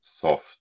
soft